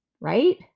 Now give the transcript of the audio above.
right